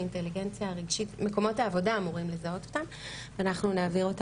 האינטליגנציה הרגשית מקומות העבודה אמורים